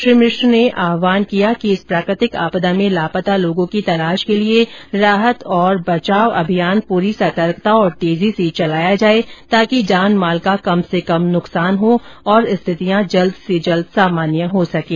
श्री मिश्र ने आह्वान किया कि इस प्राकृतिक आपदा में लापता लोगों की तलाश के लिए राहत और बचाव अभियान पूरी सतर्कता और तेजी से चलाया जाए ताकि जान माल का कम से कम नुकसान हो और स्थितियां जल्द से जल्द सामान्य हो सकें